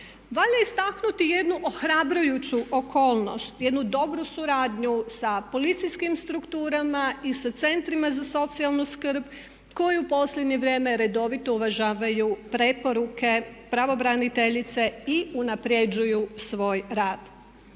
Valja istaknuti jedno ohrabrujuću okolnost, jednu dobru suradnju sa policijskim strukturama i sa centrima za socijalnu skrb koji u posljednje vrijeme redovito uvažavaju preporuke pravobraniteljice i unaprjeđuju svoj rad.